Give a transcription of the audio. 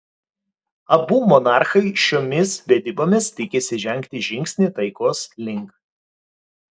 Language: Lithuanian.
abu monarchai šiomis vedybomis tikisi žengti žingsnį taikos link